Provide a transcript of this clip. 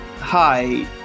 hi